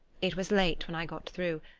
it was late when i got through,